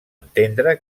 entendre